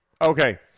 Okay